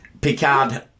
Picard